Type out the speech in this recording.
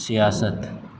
سیاست